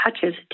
touches